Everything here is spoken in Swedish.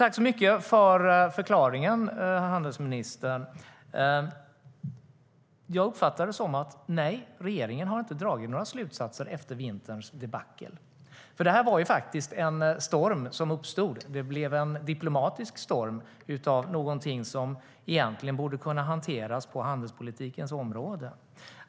Tack för förklaringen, handelsministern! Jag uppfattar det som att nej, regeringen har inte dragit några slutsatser efter vinterns debacle. Det här var faktiskt en storm som uppstod. Det blev en diplomatisk storm av någonting som egentligen borde kunna hanteras på handelspolitikens område.